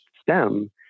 stem